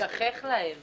הוא מגחך להם.